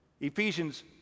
Ephesians